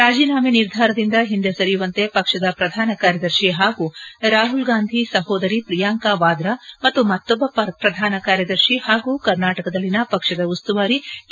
ರಾಜೀನಾಮೆ ನಿರ್ಧಾರದಿಂದ ಹಿಂದೆ ಸರಿಯುವಂತೆ ಪಕ್ಷದ ಪ್ರಧಾನ ಕಾರ್ಯದರ್ಶಿ ಹಾಗೂ ರಾಹುಲ್ ಗಾಂಧಿ ಸಹೋದರಿ ಪ್ರಿಯಾಂಕ ವಾದ್ರಾ ಮತ್ತು ಮತ್ತೊಬ್ಬ ಪ್ರಧಾನ ಕಾರ್ಯದರ್ಶಿ ಹಾಗೂ ಕರ್ನಾಟಕದಲ್ಲಿನ ಪಕ್ಷದ ಉಸ್ತುವಾರಿ ಕೆ